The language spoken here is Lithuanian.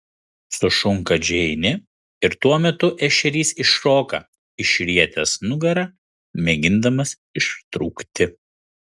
sušunka džeinė ir tuo metu ešerys iššoka išrietęs nugarą mėgindamas ištrūkti